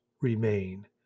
remain